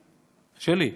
שלי,